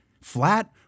flat